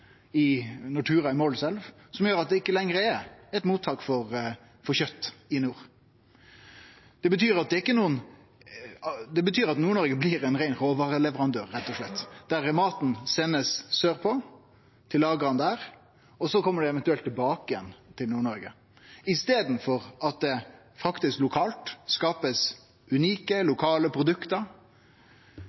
Nortura i Målselv, som gjer at det ikkje lenger er eit mottak for kjøt i nord. Det betyr at Nord-Noreg blir ein rein råvareleverandør, rett og slett, der maten blir sendt sørpå til lagera der, og så kjem den eventuelt tilbake til Nord-Noreg. Sjølv om det faktisk lokalt blir skapt unike, lokale